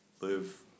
live